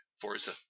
Forza